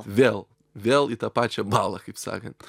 vėl vėl į tą pačią balą kaip sakan